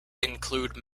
include